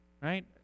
right